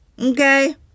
okay